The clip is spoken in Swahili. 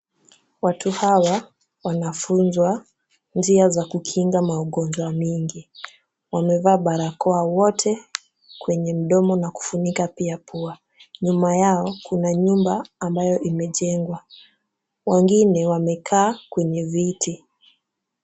Watu hawa wanafunzwa njia za kukinga maugonjwa mengi. Wamevaa barakoa wote kwenye mdomo na kufunika pia pua. Nyuma yao kuna nyumba ambayo imejengwa. Wengine wamekaa kwenye viti.